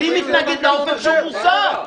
אני מתנגד לאופן שהוא מנוסח.